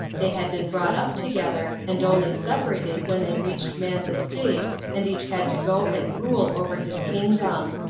they had been brought up to gether and only separated when they reached man's estate and each had to go and rule over his kingdom.